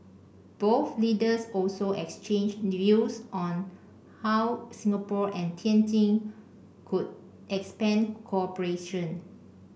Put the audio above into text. both leaders also exchanged views on how Singapore and Tianjin could expand cooperation